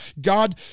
God